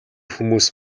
хүмүүс